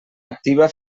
activa